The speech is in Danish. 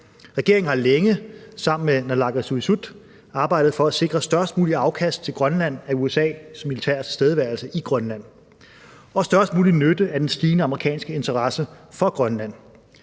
Regeringen har længe sammen med naalakkersuisut arbejdet for at sikre størst muligt afkast til Grønland af USA's militære tilstedeværelse i Grønland og størst mulig nytte af den stigende amerikanske interesse for Grønland.